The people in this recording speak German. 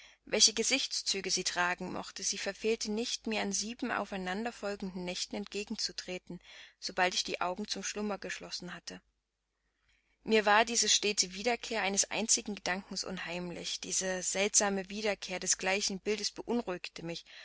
welche gesichtszüge sie tragen mochte sie verfehlte nicht mir an sieben aufeinanderfolgeden nächten entgegen zu treten sobald ich die augen zum schlummer geschlossen hatte mir war diese stete wiederkehr eines einzigen gedankens unheimlich diese seltsame wiederkehr des gleichen bildes beunruhigte mich